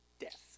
death